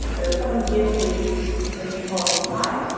and so if someone gives me a new policy pi,